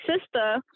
sister